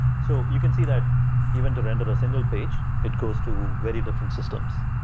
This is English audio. so you can see that even to render a single page, it goes to very different systems.